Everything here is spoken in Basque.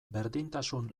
berdintasun